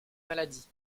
maladies